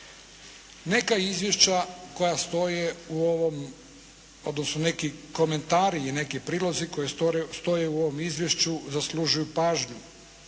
Neka izvješća koja stoje u ovom, odnosno neki komentari i neki prilozi koji stoje u ovom izvješću zaslužuju pažnju